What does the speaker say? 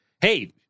hey